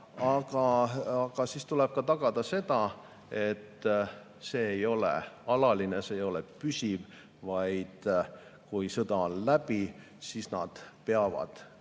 aga siis tuleb ka tagada, et see ei ole alaline, see ei ole püsiv, vaid kui sõda on läbi, siis nad peavad